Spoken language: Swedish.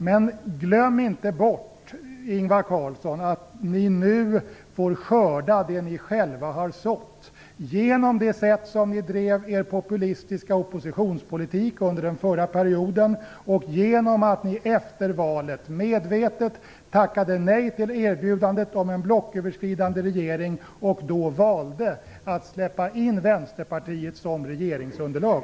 Men glöm inte bort, Ingvar Carlsson, att ni nu får skörda det ni själva har sått genom det sätt på vilket ni drev er populistiska oppositionspolitik under den förra mandatperioden, och genom att ni efter valet medvetet tackade nej till erbjudandet om en blocköverskridande regering och då valde att släppa in Vänsterpartiet som regeringsunderlag.